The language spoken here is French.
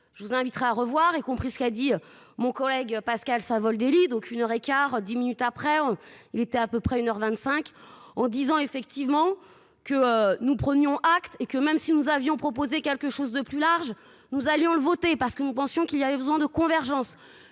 je vous inviterai à revoir et compris ce qu'a dit mon collègue, Pascal Savoldelli, donc une heure et quart, 10 minutes après il était à peu près 1h25 en disant effectivement que nous prenions acte et que même si nous avions proposé quelque chose de plus large, nous allions le voter parce que nous pensions qu'il y avait besoin de convergence.